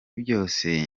byose